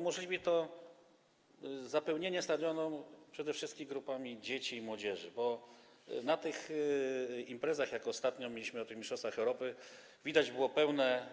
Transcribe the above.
Umożliwi to zapełnienie stadionów przede wszystkim grupami dzieci i młodzieży, bo na tych imprezach, tak jak ostatnio mieliśmy mistrzostwa Europy, widać było pełne